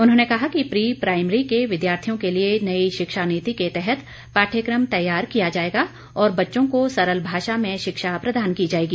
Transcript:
उन्होंने कहा कि प्री प्राईमरी के विद्यार्थियों के लिए नई शिक्षा नीति के तहत पाठ्यक्रम तैयार किया जाएगा और बच्चों को सरल भाषा में शिक्षा प्रदान की जाएगी